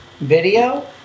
video